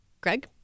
greg